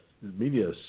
media